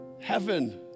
heaven